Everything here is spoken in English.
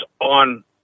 on